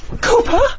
Cooper